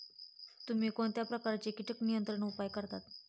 तुम्ही कोणत्या प्रकारचे कीटक नियंत्रण उपाय वापरता?